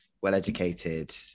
well-educated